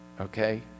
okay